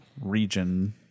region